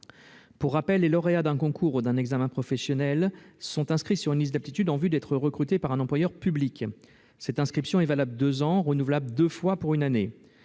Pour rappel, les lauréats d'un concours ou d'un examen professionnel de la fonction publique sont inscrits sur une liste d'aptitude en vue d'être recrutés par un employeur public. Cette inscription est valable deux ans et est renouvelable deux fois pour une année.